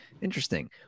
Interesting